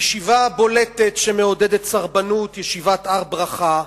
הישיבה הבולטת שמעודדת סרבנות, ישיבת הר-ברכה,